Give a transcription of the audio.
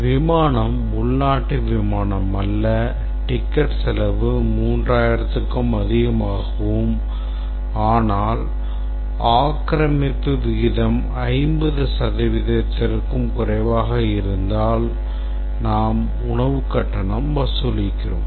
விமானம் உள்நாட்டு விமானம் அல்ல டிக்கெட் செலவு 3000 க்கும் அதிகமாகவும் ஆனால் ஆக்கிரமிப்பு விகிதம் 50 சதவீதத்திற்கும் குறைவாகவும் இருந்தால் நாம் உணவு கட்டணம் வசூலிக்கிறோம்